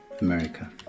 America